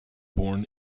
born